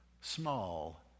small